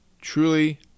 truly